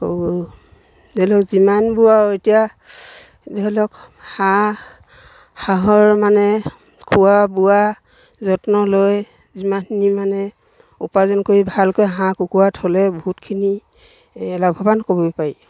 আকৌ ধৰি লওক যিমান বোৱা এতিয়া ধৰি লওক হাঁহ হাঁহৰ মানে খোৱা বোৱা যত্ন লৈ যিমানখিনি মানে উপাৰ্জন কৰি ভালকৈ হাঁহ কুকুৰা থ'লে বহুতখিনি এই লাভৱান ক'ব পাৰি